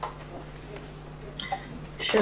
בבקשה.